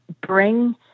bring